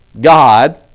God